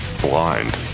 blind